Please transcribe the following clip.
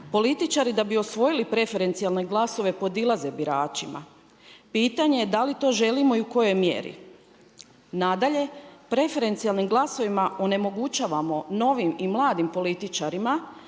Političari da bi osvojili preferencijalne glasove podilaze biračima. Pitanje je da li to želimo i u kojoj mjeri. Nadalje, preferencijalnim glasovima onemogućavamo novim i mladim političarima